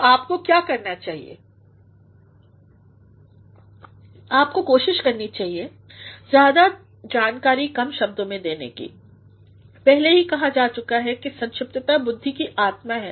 तो आपका क्या करना चाहिए आपको कोशिश करनी चाहिए ज्यादा जानकारी कम शब्दों में देने की पहले ही कहा जा चूका कि संक्षिप्तता बुद्धि की आत्मा है